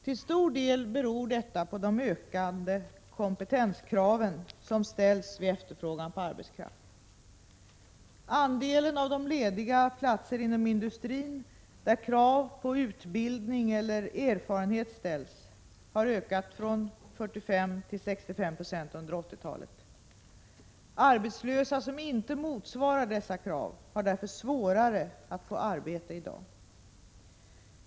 Till stor del beror detta på de ökade kompetenskraven som ställs vid efterfrågan på arbetskraft. Andelen av de lediga platser inom industrin där krav på utbildning eller erfarenhet ställs har ökat från 45 till 65 96 under 80-talet. Arbetslösa som inte motsvarar dessa krav har därför svårare att få arbete i dag.